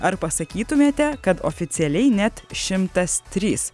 ar pasakytumėte kad oficialiai net šimtas trys